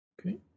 Okay